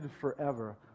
forever